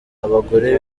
abagore